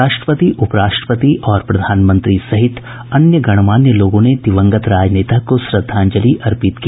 राष्ट्रपति उपराष्ट्रपति और प्रधानमंत्री सहित अन्य गणमान्य लोगों ने दिवगंत राजनेता को श्रद्धांजलि अर्पित की